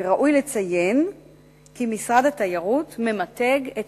ראוי לציין כי משרד התיירות ממתג את